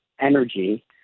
energy